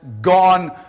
gone